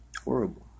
horrible